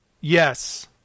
Yes